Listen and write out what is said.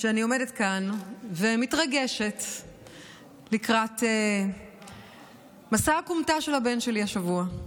אני עומדת כאן ומתרגשת לקראת מסע הכומתה של הבן שלי השבוע.